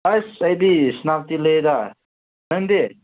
ꯑꯁ ꯑꯩꯗꯤ ꯁꯦꯅꯥꯄꯇꯤ ꯂꯩꯌꯦꯗ ꯅꯪꯗꯤ